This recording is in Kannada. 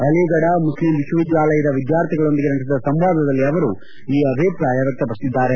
ಆಲಿಫಡ ಮುಸ್ಲಿಂ ವಿಶ್ವವಿದ್ಯಾಲಯದ ವಿದ್ಯಾರ್ಥಿಗಳೊಂದಿಗೆ ನಡೆಸಿದ ಸಂವಾದದಲ್ಲಿ ಅವರು ಈ ಅಭಿಪ್ರಾಯ ವ್ವಕ್ತಪಡಿಸಿದ್ದಾರೆ